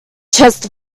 chest